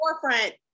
forefront